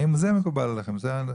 האם זה מקובל עליכם?